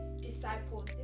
disciples